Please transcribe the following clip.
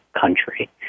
country